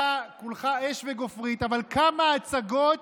אבל רק, אבל רק, היא לא שותפה